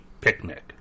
picnic